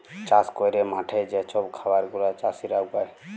চাষ ক্যইরে মাঠে যে ছব খাবার গুলা চাষীরা উগায়